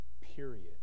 Period